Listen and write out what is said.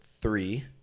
three